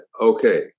okay